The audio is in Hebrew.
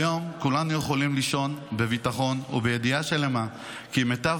היום כולם יכולים לישון בביטחון ובידיעה שלמה כי מיטב